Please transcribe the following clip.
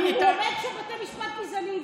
אבל הוא אומר שבתי המשפט גזעניים.